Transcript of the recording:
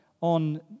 on